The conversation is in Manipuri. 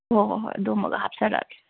ꯍꯣꯏ ꯍꯣꯏ ꯍꯣꯏ ꯑꯗꯨꯃꯒ ꯍꯥꯞꯆꯔꯒꯦ